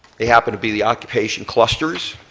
they happen to be the occupation clusters,